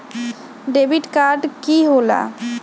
Debit card की होला?